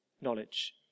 knowledge